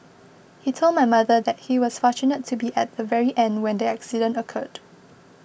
he told my mother that he was fortunate to be at the very end when the accident occurred